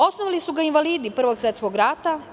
Osnovali su ga invalidi Prvog svetskog rata.